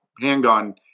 handgun